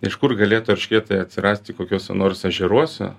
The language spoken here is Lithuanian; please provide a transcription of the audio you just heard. iš kur galėtų eršketai atsirasti kokiuose nors ežeruose